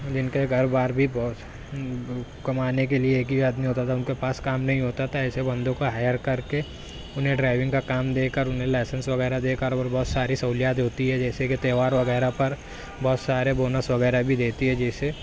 جن کے گھر بار بھی بہت کمانے کے لیے ایک ہی آدمی ہوتا تھا ان کا پاس کام نہیں ہوتا تھا ایسے بندوں کا ہائر کر کے انہیں ڈرائیونگ کا کام دے کر انہیں لائسنس وغیرہ دے کر اور بہت ساری سہولیات ہوتی ہے جیسے کہ تہوار وغیرہ پر بہت سارے بونس وغیرہ بھی دیتی ہے جیسے